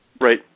Right